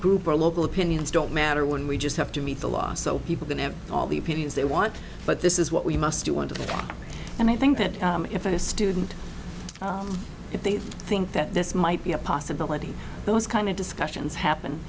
group or local opinions don't matter when we just have to meet the law so people can have all the opinions they want but this is what we must do want to and i think that if a student if they think that this might be a possibility those kind of discussions happen